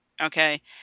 Okay